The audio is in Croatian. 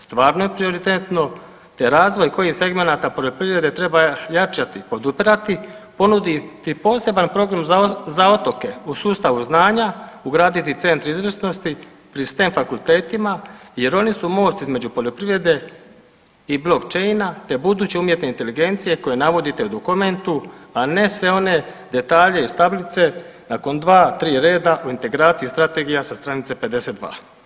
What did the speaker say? Stvarno je prioritetno, te razvoj kojih segmenata poljoprivrede treba jačati, podupirati, ponuditi poseban program za otoke u sustavu znanja, ugraditi centre izvrsnosti pri STEM fakultetima jer oni su most između poljoprivrede i block china, te buduće umjetne inteligencije koje navodite u dokumentu, a ne sve one detalje iz tablice nakon dva, tri reda u integracija strategija sa stranice 52.